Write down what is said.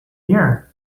year